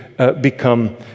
become